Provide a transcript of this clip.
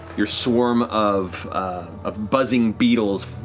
your swarm of of buzzing beetles